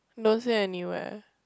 don't say anywhere